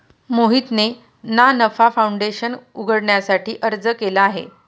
मोहितने ना नफा फाऊंडेशन उघडण्यासाठी अर्ज केला आहे